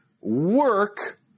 work